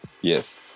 yes